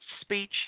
speech